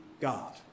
God